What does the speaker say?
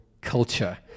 culture